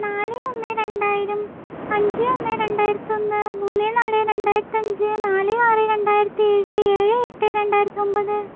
നാല് ഒന്ന് രണ്ടായിരം അഞ്ച് ഒന്ന് രണ്ടായിരത്തൊന്ന് മൂന്ന് നാല് രണ്ടായിരത്തഞ്ച് നാല് ആറ് രണ്ടായിരത്തേഴ് ഏഴ് എട്ട് രണ്ടായിരത്തൊമ്പത്